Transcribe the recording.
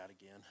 again